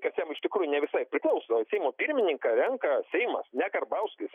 kas jam iš tikrųjų ne visai priklauso seimo pirmininką renka seimas ne karbauskis